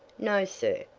no, sir,